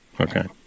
Okay